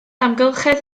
amgylchedd